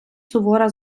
сувора